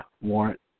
warrant